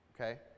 Okay